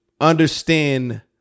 understand